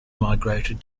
migrated